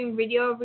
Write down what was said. video